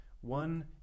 One